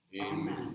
Amen